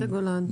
רמת הגולן.